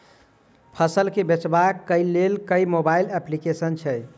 फसल केँ बेचबाक केँ लेल केँ मोबाइल अप्लिकेशन छैय?